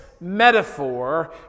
metaphor